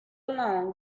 along